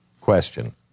question